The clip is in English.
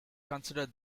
considered